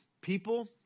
people